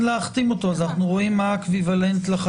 להחתים אותו אז אנחנו רואים מה המקביל לחתימה,